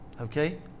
Okay